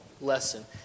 lesson